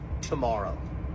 tomorrow